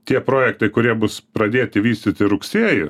tie projektai kurie bus pradėti vystyti rugsėjį